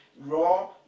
raw